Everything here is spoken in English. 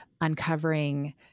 uncovering